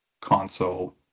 console